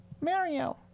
Mario